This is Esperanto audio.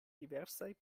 diversaj